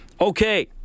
Okay